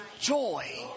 joy